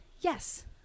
Yes